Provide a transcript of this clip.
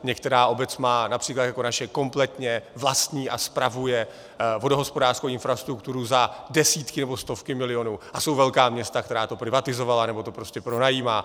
Některá obec má, například jako naše, kompletně vlastní a spravuje vodohospodářskou infrastrukturu za desítky nebo stovky milionů, a jsou velká města, která to privatizovala nebo to prostě pronajímají.